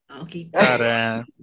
Okay